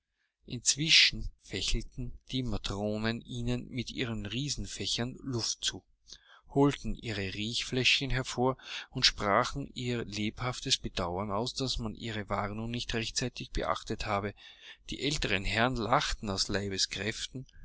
inzwischen fächelten die matronen ihnen mit ihren riesenfächern luft zu holten ihre riechfläschchen hervor und sprachen ihr lebhaftes bedauern aus daß man ihre warnung nicht rechtzeitig beachtet habe die älteren herren lachten aus leibeskräften